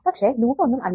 പക്ഷെ ലൂപ്പ് ഒന്നും ഇല്ല